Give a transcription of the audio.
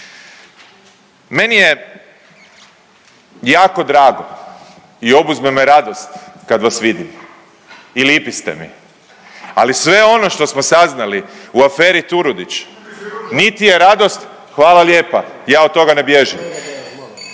Meni je jako drago i obuzme me radost kad vas vidim i lipi ste mi, ali sve ono što smo saznali u aferi Turudić niti je radost, … …/Upadica sa strane, ne